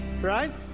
Right